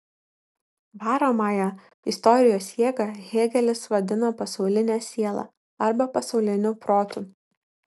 varomąją istorijos jėgą hėgelis vadino pasauline siela arba pasauliniu protu